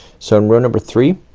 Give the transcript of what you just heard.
so in row number three,